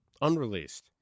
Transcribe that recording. Unreleased